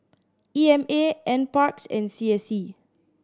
E M A Nparks and C S C